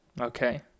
Okay